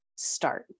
start